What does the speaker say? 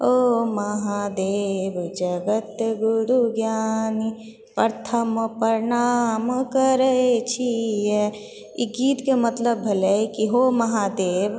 ओ महादेव जगत गुरु ज्ञानी प्रथम प्रणाम करै छी हे ई गीतके मतलब भेले कि हो महादेव